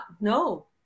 No